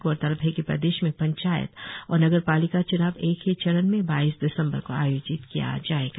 गौरतलब है कि प्रदेश में पंचायत और नगरपालिका च्नाव एक ही चरण में बाईस दिसंबर को आयोजित किया जाएगा